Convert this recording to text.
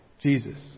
Jesus